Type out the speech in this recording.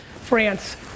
France